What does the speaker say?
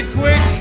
quick